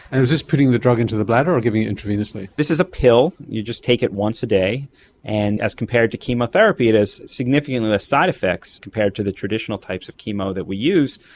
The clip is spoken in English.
and is this putting the drug into the bladder or giving it intravenously? this is a pill, you just take it once a day and, as compared to chemotherapy, it has significantly less side-effects compared to the traditional types of chemo that we use.